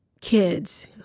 kids